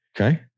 Okay